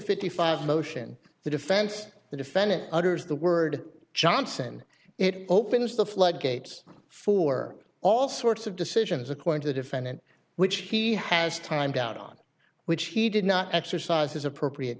fifty five motion the defense the defendant utters the word johnson it opens the floodgates for all sorts of decisions according to the defendant which he has time down on which he did not exercise his appropriate